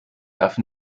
darf